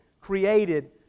created